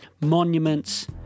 monuments